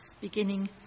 beginning